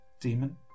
Demon